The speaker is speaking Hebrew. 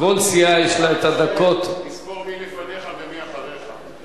לכל סיעה יש הדקות, תזכור מי לפניך ומי אחריך.